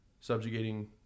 subjugating